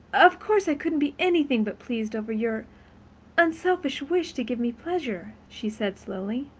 of course i couldn't be anything but pleased over your unselfish wish to give me pleasure, she said slowly.